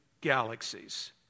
galaxies